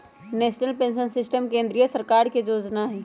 national pension system केंद्रीय सरकार के जोजना हइ